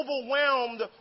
overwhelmed